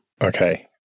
Okay